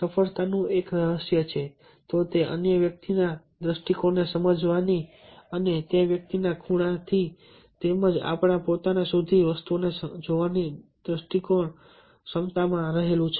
સફળતાનું કોઈ એક રહસ્ય છે તો તે અન્ય વ્યક્તિના દૃષ્ટિકોણને સમજવાની અને તે વ્યક્તિના ખૂણાથી તેમજ આપણા પોતાનાથી વસ્તુઓને જોવાની દ્રષ્ટિકોણ ક્ષમતામાં રહેલું છે